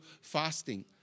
fasting